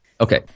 Okay